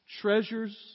Treasures